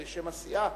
בשם הסיעה,